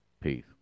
Peace